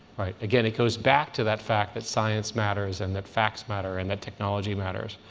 right? again, it goes back to that fact that science matters and that facts matter and that technology matters.